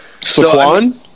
Saquon